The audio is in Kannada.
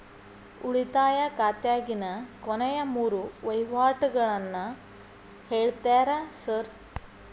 ಉಳಿತಾಯ ಖಾತ್ಯಾಗಿನ ಕೊನೆಯ ಮೂರು ವಹಿವಾಟುಗಳನ್ನ ಹೇಳ್ತೇರ ಸಾರ್?